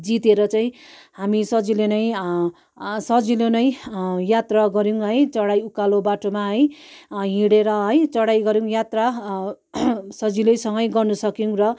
जितेर चाहिँ हामी सजिलै नै सजिलो नै यात्रा गऱ्यौँ है चडाइ उकालो बाटोमा है हिँडेर है चडाइ गऱ्यौँ यात्रा सजिलो सँगै गर्नु सक्यौँ र